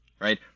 right